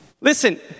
Listen